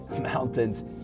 mountains